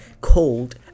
called